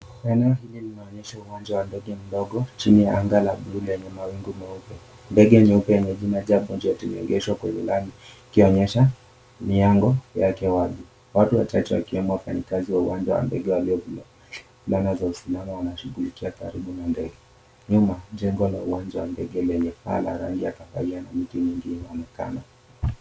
Eneo hili linaonyesha uwanja wa ndege mdogo chini ya anga la buluu lenye mawingu meupe. Ndege nyeupe yenye jina Jambo Jet limeegeshwa kwenye lami ikionyesha miango yake wazi. Watu wachache wakiwemo wafanyikazi wa ndege uwanja wa ndege hiyo. Wavulana na wasichana wanashughulikia karibu na ndege. Nyuma jengo la uwanja wa ndege lenye paa la rangi ya kahawia miti mingi inaonekana.